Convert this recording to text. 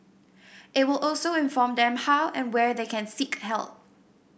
it will also inform them how and where they can seek help